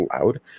loud